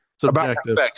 subjective